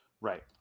Right